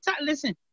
Listen